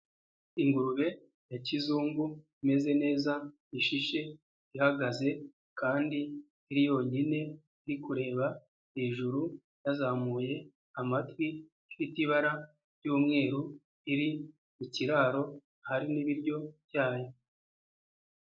Ingurube ya kizungu imeze neza ishishe, ihagaze kandi iriri yonyine iri kureba hejuru yazamuye amatwi, ifite ibara ry'umweru iri mu kiraro hari n'ibiryo byayo.